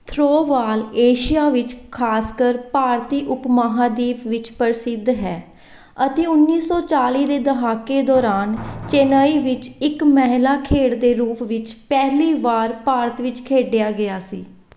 throwball Asia ਵਿੱਚ ਖਾਸਕਰ ਭਾਰਤੀ ਉਪ ਮਹਾਂਦੀਪ ਵਿੱਚ ਪ੍ਰਸਿੱਧ ਹੈ ਅਤੇ ਉੱਨੀ ਸੌ ਚਾਲੀ ਦੇ ਦਹਾਕੇ ਦੌਰਾਨ ਚੇਨਈ ਵਿੱਚ ਇੱਕ ਮਹਿਲਾ ਖੇਡ ਦੇ ਰੂਪ ਵਿੱਚ ਪਹਿਲੀ ਵਾਰ ਭਾਰਤ ਵਿੱਚ ਖੇਡਿਆ ਗਿਆ ਸੀ